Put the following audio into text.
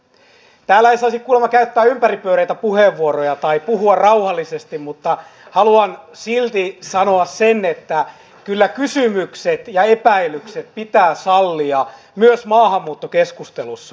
täällä ei saisi kuulemma käyttää ympäripyöreitä puheenvuoroja tai puhua rauhallisesti mutta haluan silti sanoa sen että kyllä kysymykset ja epäilykset pitää sallia myös maahanmuuttokeskustelussa